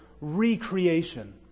recreation